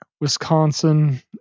Wisconsin